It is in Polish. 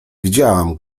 widziałam